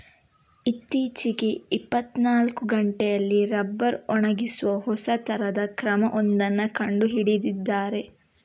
ಇತ್ತೀಚೆಗೆ ಇಪ್ಪತ್ತನಾಲ್ಕು ಗಂಟೆಯಲ್ಲಿ ರಬ್ಬರ್ ಒಣಗಿಸುವ ಹೊಸ ತರದ ಕ್ರಮ ಒಂದನ್ನ ಕಂಡು ಹಿಡಿದಿದ್ದಾರೆ